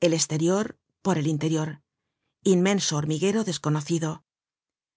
el esterior por el interior inmenso hormiguero desconocido